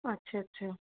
আচ্ছা আচ্ছা